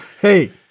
Hey